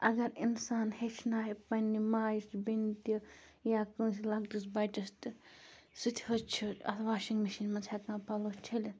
اگر اِنسان ہیٚچھنایہِ پنٛنہِ ماجہِ بیٚنہِ تہِ یا کٲنٛسہِ لۄکٹِس بَچَس تہِ سُہ تہِ حظ چھُ اَتھ واشِنٛگ مِشیٖن منٛز ہٮ۪کان پَلو چھٔلِتھ